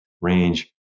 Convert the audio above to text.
range